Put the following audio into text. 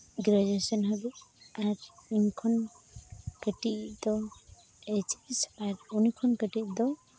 graduation ᱦᱟᱹᱵᱤᱡ ᱟᱨ ᱤᱧ ᱠᱷᱚᱱ ᱠᱟᱹᱴᱤᱡᱤᱡ ᱫᱚ ᱮᱭᱤᱪ ᱮᱥ ᱟᱨ ᱩᱱᱤ ᱠᱷᱚᱱ ᱠᱟᱹᱴᱤᱡᱤᱡ ᱫᱚ